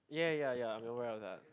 ya ya ya I'm aware of that